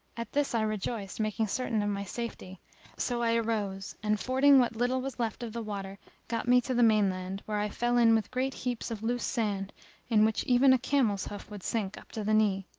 at this i rejoiced making certain of my safety so i arose and fording what little was left of the water got me to the mainland, where i fell in with great heaps of loose sand in which even a camel's hoof would sink up to the knee.